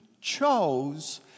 chose